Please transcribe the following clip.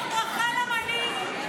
כל בוקר ברכה למנהיג,